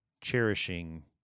cherishing